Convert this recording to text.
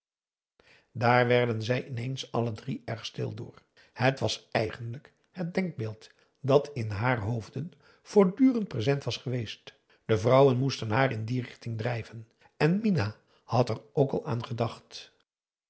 daar werden zij ineens alle drie erg stil door het was eigenlijk het denkbeeld dat in haar hoofden voortdurend present was geweest de vrouwen moesten haar in die richting drijven en minah had er ook al aan gedacht